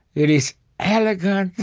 it is elegant,